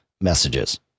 messages